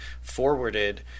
forwarded